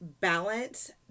Balance